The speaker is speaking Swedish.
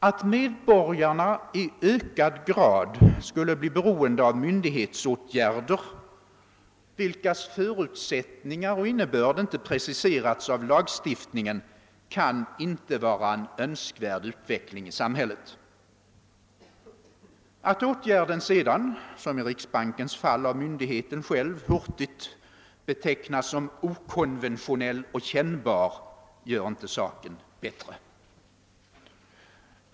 Att medborgarna i ökad grad skulle bli beroen de av myndighetsåtgärder, vilkas förutsättningar och innebörd inte preciserats i lagstiftningen, kan inte vara en önskvärd utveckling i samhället. Att åtgärden sedan, som i riksbankens fall, av myndigheten själv hurtigt betecknas som »okonventionell och kännbar» gör inte saken bättre.